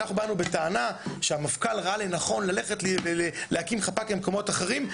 אנחנו באנו בטענה שהמפכ"ל ראה לנכון ללכת להקים חפ"ק במקומות אחרים,